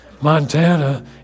Montana